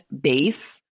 base